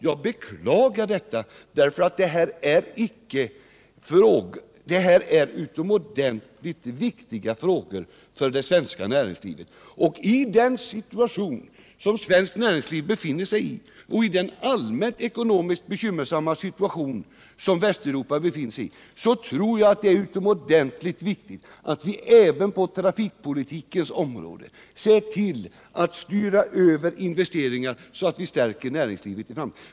Jag beklagar detta, därför att det gäller utomordentligt viktiga frågor för det svenska näringslivet. I den situation som svenskt näringsliv befinner sig i och i den ekonomiskt allmänt bekymmersamma situation som Västeuropa befinner sig i tror jag att det är utomordentligt viktigt att vi även på trafikpolitikens område ser till att styra över investeringar så att vi stärker näringslivet i framtiden.